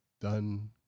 done